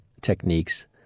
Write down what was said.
techniques